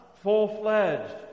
full-fledged